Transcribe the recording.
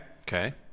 Okay